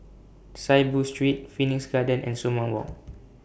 Saiboo Street Phoenix Garden and Sumang Walk